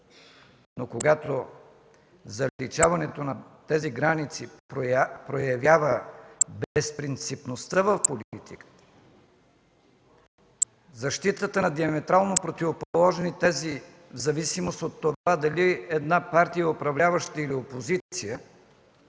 но когато заличаването на тези граници проявява безпринципността в политиката, защитата на диаметрално противоположни тези в зависимост от това дали една партия е управляваща или опозиция,